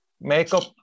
makeup